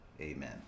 Amen